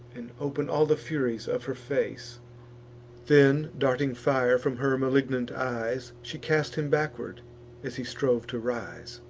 and open all the furies of her face then, darting fire from her malignant eyes, she cast him backward as he strove to rise,